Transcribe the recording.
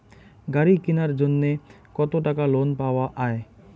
গাড়ি কিনার জন্যে কতো টাকা লোন পাওয়া য়ায়?